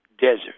desert